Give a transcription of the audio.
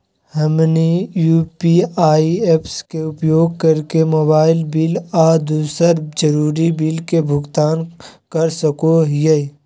हमनी UPI apps के उपयोग करके मोबाइल बिल आ दूसर जरुरी बिल के भुगतान कर सको हीयई